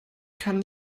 kann